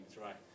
right